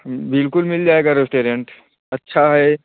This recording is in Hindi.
बिल्कुल मिल जाएगा रोस्टेरेंट अच्छा है